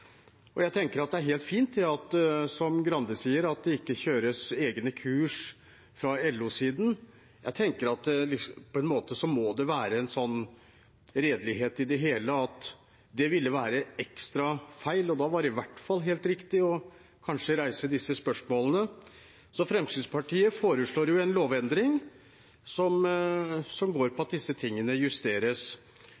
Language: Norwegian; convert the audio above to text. er helt fint, som representanten Grande sier, at det ikke kjøres egne kurs fra LO-siden. Jeg tenker at det må være en sånn redelighet i det hele at det ville være ekstra feil – og da var det i hvert fall helt riktig å reise disse spørsmålene. Fremskrittspartiet foreslår en lovendring som går på